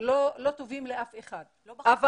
על החיים שלה יוצא בלייב בפייסבוק, פותח